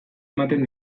ematen